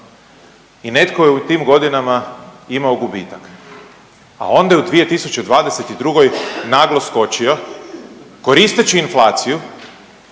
i netko je u tim godinama imao gubitak, a onda je u 2022. naglo skočio. Koristeći inflaciju